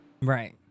Right